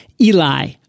Eli